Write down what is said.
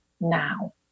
now